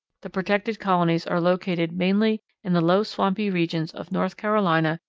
the protected colonies are located mainly in the low swampy regions of north carolina,